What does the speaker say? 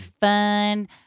fun